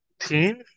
team